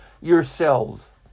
yourselves